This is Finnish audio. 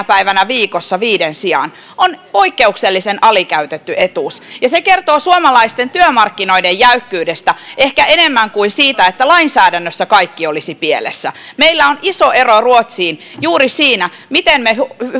päivänä viikossa viiden sijaan on poikkeuksellisen alikäytetty etuus ja se kertoo ehkä enemmän suomalaisten työmarkkinoiden jäykkyydestä kuin siitä että lainsäädännössä kaikki olisi pielessä meillä on iso ero ruotsiin juuri siinä miten me